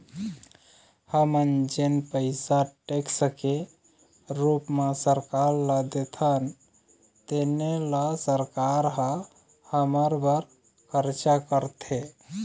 हमन जेन पइसा टेक्स के रूप म सरकार ल देथन तेने ल सरकार ह हमर बर खरचा करथे